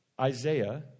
Isaiah